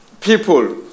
people